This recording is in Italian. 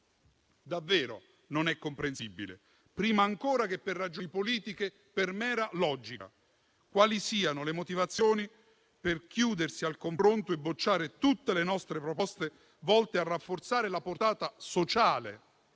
Davvero non è comprensibile, prima ancora che per ragioni politiche, per mera logica, quali siano le motivazioni per chiudersi al confronto e bocciare tutte le nostre proposte volte a rafforzare la portata sociale